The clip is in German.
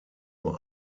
nur